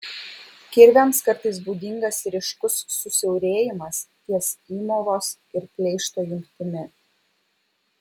kirviams kartais būdingas ryškus susiaurėjimas ties įmovos ir pleišto jungtimi